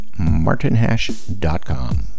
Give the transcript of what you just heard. martinhash.com